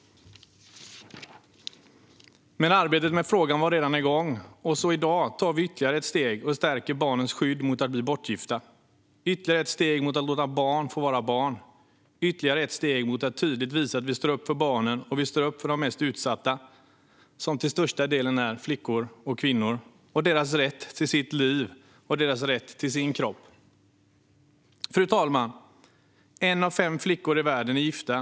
Men arbetet med frågan var redan igång, och i dag tar vi ytterligare ett steg och stärker barnens skydd mot att bli bortgifta. Det är ytterligare ett steg mot att låta barn få vara barn, ytterligare ett steg mot att tydligt visa att vi står upp för barnen och att vi står upp för de mest utsatta, som till största delen är flickor och kvinnor, och deras rätt till sitt liv och deras rätt till sin kropp. Fru talman! En av fem flickor i världen är gifta.